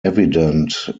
evident